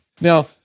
Now